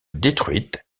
détruites